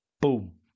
Boom